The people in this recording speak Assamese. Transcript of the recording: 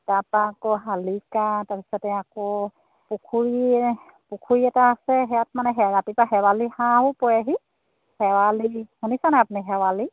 তাৰপৰা আকৌ শালিকা তাৰ পিছতে আকৌ পুখুৰী পুখুৰী এটা আছে হেৰিয়াত মানে ৰাতিপুৱা শেৱালি হাঁহো পৰেহি শেৱালি শুনিছে নাই আপুনি শেৱালি